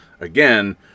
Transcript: again